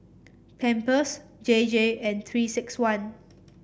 Pampers J J and Three six one